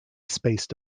spaced